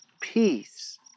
peace